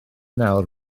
nawr